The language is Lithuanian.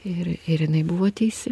ir ir jinai buvo teisi